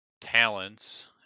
talents